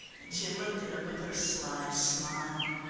and she looked at him with her sly smile.